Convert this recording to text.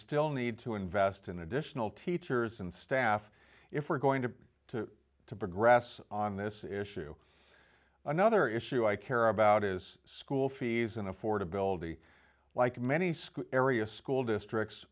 still need to invest in additional teachers and staff if we're going to to to progress on this issue another issue i care about is school fees and affordability like many school area school districts